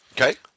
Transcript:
Okay